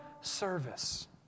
service